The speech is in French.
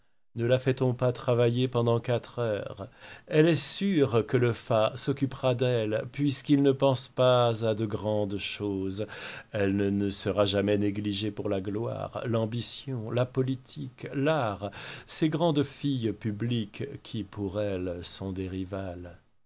ne la fait-on pas travailler pendant quatre heures elle est sûre que le fat s'occupera d'elle puisqu'il ne pense pas à de grandes choses elle ne sera jamais négligée pour la gloire l'ambition la politique l'art ces grandes filles publiques qui pour elle sont des rivales